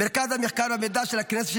מרכז המחקר והמידע של הכנסת,